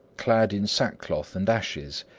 clad in sackcloth and ashes,